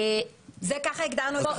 כך הגדרנו את זה.